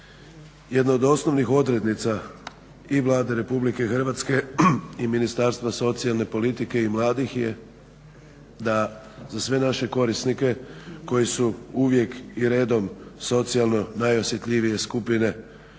Jedna od osnovnih odrednica i Vlade RH i Ministarstva socijalne politike i mladih je da za sve naše korisnike koji su uvijek i redom socijalno najosjetljivije skupine koje